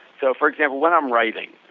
so for example when i'm writing,